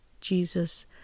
jesus